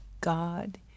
God